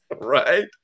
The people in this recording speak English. Right